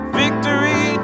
victory